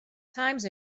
times